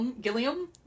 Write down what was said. Gilliam